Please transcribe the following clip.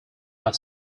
had